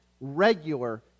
regular